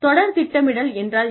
தொடர் திட்டமிடல் என்றால் என்ன